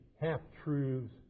half-truths